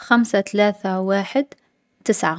خمسة، تلاثة، واحد، تسعة.